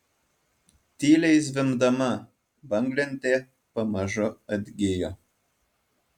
tyliai zvimbdama banglentė pamažu atgijo